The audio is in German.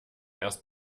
erst